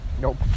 Nope